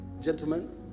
gentlemen